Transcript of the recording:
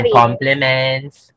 compliments